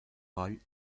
coll